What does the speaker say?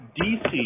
DC